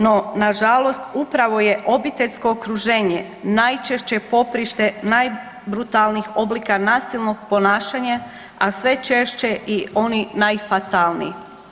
No, na žalost upravo je obiteljsko okruženje najčešće poprište najbrutalnijih oblika nasilnog ponašanja, a sve češće i oni najfatalniji.